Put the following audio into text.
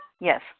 Yes